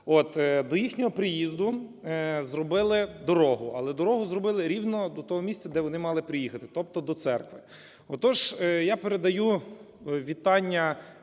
До їхнього приїзду зробили дорогу, але дорогу зробили рівно до того місця, де вони мали приїхати, тобто до церкви. Отож, я передаю вітання